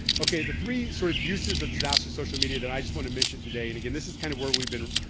okay, the three sort of uses of disaster social media that i just wanna mention today and again this is kind of where we've been